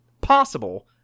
possible